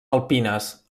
alpines